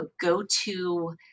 go-to